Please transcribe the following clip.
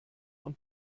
und